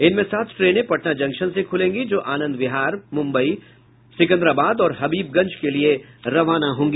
इनमें सात ट्रेनें पटना जंक्शन से खुलेगी जो आनंद विहार मुम्बई सिकंदराबाद और हबीबगंज के लिये जायेगी